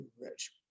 rich